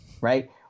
right